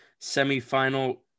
semifinal